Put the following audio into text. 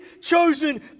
chosen